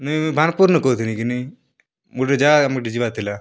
ମୁଇଁ ବାଣପୁର୍ରୁ କହୁଥିଲି କିନି ଗୁଟେ ଜାଗାକେ ମୋର୍ ଟିକେ ଯିବାର୍ ଥିଲା